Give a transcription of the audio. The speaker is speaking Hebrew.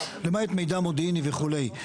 למעט מידע מודיעיני וכו'.